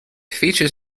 features